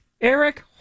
Eric